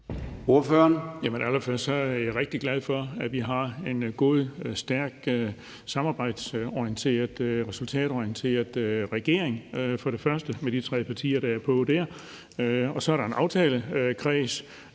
sige, at jeg er rigtig glad for, at vi har en god og stærk samarbejdsorienteret og resultatorienteret regering med de tre partier, der er der. Så er der en aftalekreds,